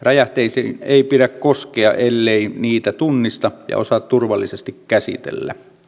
räjähteisiin ei pidä koskea ellei niitä tunnista ja osaa turvallisesti käsitellä